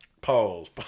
Pause